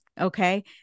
Okay